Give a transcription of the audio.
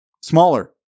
Smaller